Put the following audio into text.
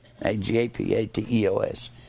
A-G-A-P-A-T-E-O-S